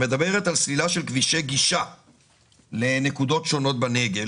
שמדברת על סלילה של כבישי גישה לנקודות שונות בנגב,